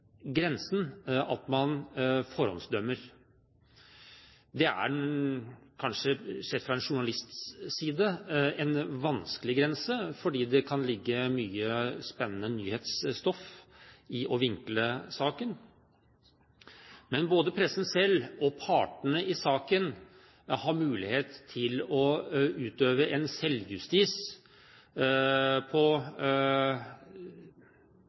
grensen at man forhåndsdømmer. Det er kanskje en vanskelig grense sett fra en journalists side, fordi det kan ligge mye spennende nyhetsstoff i å vinkle saken, men både pressen selv og partene i saken har mulighet til å utøve en selvjustis på